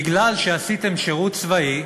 שמכיוון שעשיתם שירות צבאי